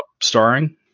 starring